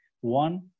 One